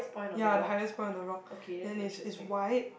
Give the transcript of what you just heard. ya the highest one on the rock then it's it's wide